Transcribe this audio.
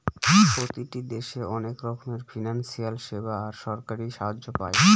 প্রতিটি দেশে অনেক রকমের ফিনান্সিয়াল সেবা আর সরকারি সাহায্য পায়